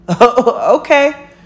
Okay